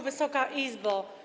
Wysoka Izbo!